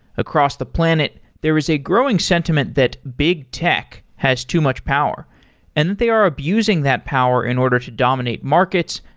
across the planet, there is a growing sentiment that big tech has too much power and that they are abusing that power in order to dominate markets,